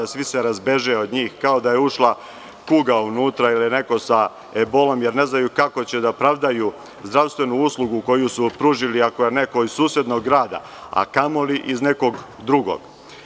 Svi se razbeže kao da je ušla kuga unutra ili neko sa ebolom, jer ne znaju kako će da pravdaju zdravstvenu uslugu koju su pružili, ako je neko iz susednog grada, a kamoli iz nekog drugog.